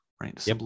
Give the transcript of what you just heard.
right